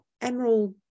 emerald